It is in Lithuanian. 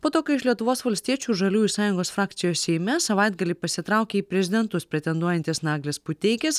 po to kai iš lietuvos valstiečių žaliųjų sąjungos frakcijos seime savaitgalį pasitraukė į prezidentus pretenduojantis naglis puteikis